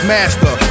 Master